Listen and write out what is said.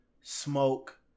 Smoke